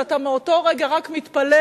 ואתה מאותו הרגע רק מתפלל,